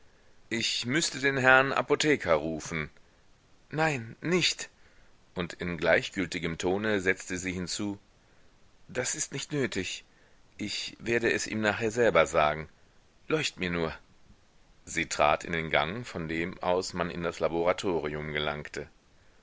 ich müßte den herrn apotheker rufen nein nicht und in gleichgültigem tone setzte sie hinzu das ist nicht nötig ich werd es ihm nachher selber sagen leucht mir nur sie trat in den gang von dem aus man in das laboratorium gelangte